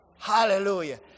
Hallelujah